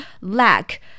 lack